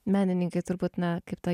menininkai turbūt na kaip ta